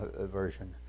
version